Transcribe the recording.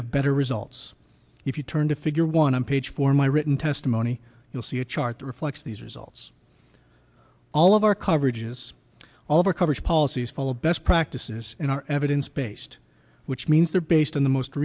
have better results if you turn to figure one on page for my written testimony you'll see a chart that reflects these results all of our coverage is all of our coverage policies follow best practices in our evidence based which means they're based on the most